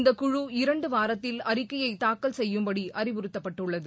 இந்தக்குழு இரண்டு வாரத்தில் அறிக்கையை தாக்க்ல் செய்யும்படி அறிவுறுத்தப்பட்டுள்ளது